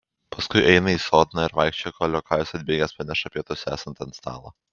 paskui eina į sodną ir vaikščioja kol liokajus atbėgęs praneša pietus esant ant stalo